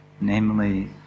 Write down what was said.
namely